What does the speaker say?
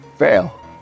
fail